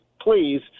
please